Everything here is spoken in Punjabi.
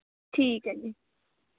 ਠੀਕ ਹੈ ਜੀ